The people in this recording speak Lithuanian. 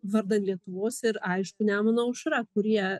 vardan lietuvos ir aišku nemuno aušra kurie